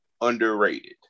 underrated